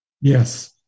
Yes